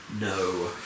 no